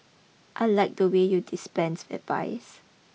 I liked the way you dispense advice